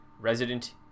resident